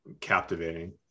captivating